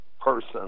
person